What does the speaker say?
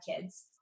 kids